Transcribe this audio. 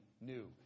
new